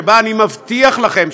שבה אני מבטיח לכם,